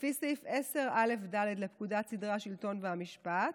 לפי סעיף 10א(ד) לפקודת סדרי השלטון והמשפט,